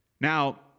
Now